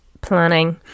planning